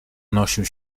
unosił